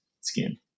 skin